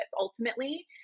ultimately